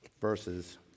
Verses